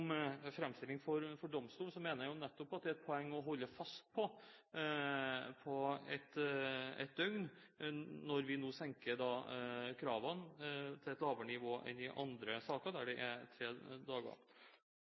for domstol, mener jeg at det nettopp er et poeng å holde fast på ett døgn når vi nå senker kravene til et lavere nivå enn i andre saker, der det er tre dager.